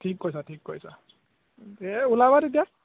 ঠিক কৈছা ঠিক কৈছা এই ওলাবা তেতিয়া